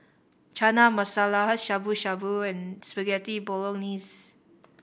Chana Masala Shabu Shabu and Spaghetti Bolognese